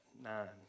nine